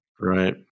Right